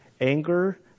anger